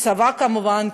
בצבא כמובן,